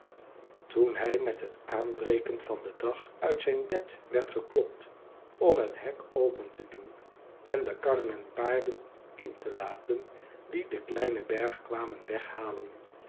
toen hij met het aanbreken van den dag uit zijn bed werd geklopt om het hek open te doen en de karren en paarden in te laten die den kleinen berg kwamen weghalen